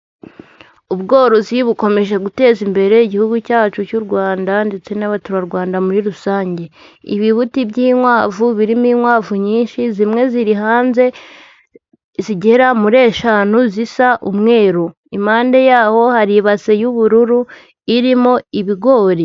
Ubworozi bukomeje guteza imbere igihugu cyacu cy'u Rwanda ndetse n'abaturarwanda muri rusange. Ibibuti by'inkwavu birimo inkwavu nyinshi, zimwe ziri hanze, zigera muri eshanu zisa umweru. Impande yaho hari ibase y'ubururu irimo ibigori.